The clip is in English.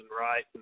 right